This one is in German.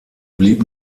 blieb